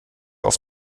auf